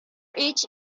each